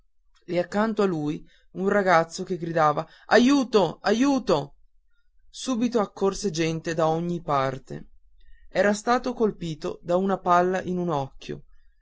e accanto a lui un ragazzo che gridava aiuto aiuto subito accorse gente da ogni parte era stato colpito da una palla in un occhio